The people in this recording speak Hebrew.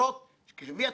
שאת חלקן אני סיקרתי.